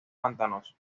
pantanosos